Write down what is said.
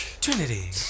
Trinity